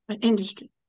industry